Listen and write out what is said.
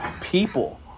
people